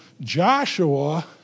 Joshua